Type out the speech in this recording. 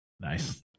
nice